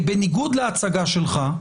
בניגוד להצגה שלך,